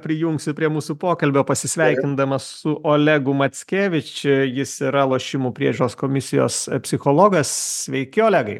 prijungsiu prie mūsų pokalbio pasisveikindamas su olegu mackevič čia jis yra lošimų priežiūros komisijos psichologas sveiki olegai